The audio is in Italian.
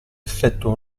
effettua